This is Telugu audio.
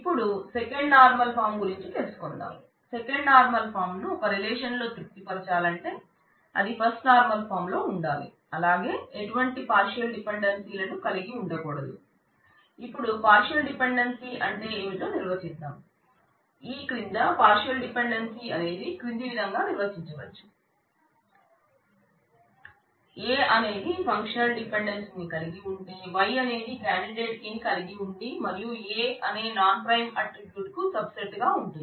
ఇపుడు సెకండ్ నార్మల్ ఫాం గా ఉంటుంది